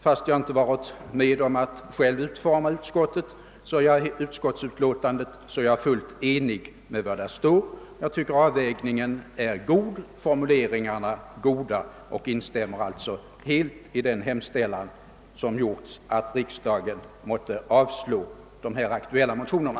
Fast jag inte varit med om att utforma utskottsutlåtandet, ansluter jag mig helt till vad där står. Jag tycker att avvägningen är lämplig och formuleringarna goda och instämmer alltså till fullo i utskottets hemställan att riksdagen måtte avslå de här aktuella motionerna.